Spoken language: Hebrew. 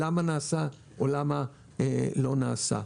למה נעשה או למה לא נעשה.